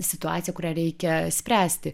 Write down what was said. situacija kurią reikia spręsti